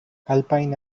alpine